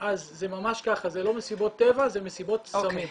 זה ממש ככה, זה לא מסיבות טבע, זה מסיבות סמים.